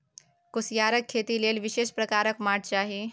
कुसियारक खेती लेल विशेष प्रकारक माटि चाही